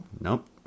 Nope